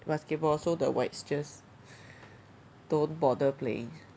basketball so the whites just don't bother playing